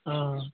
हँ